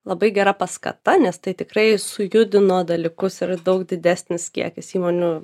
labai gera paskata nes tai tikrai sujudino dalykus ir daug didesnis kiekis įmonių